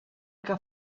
que